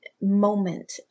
moment